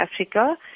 Africa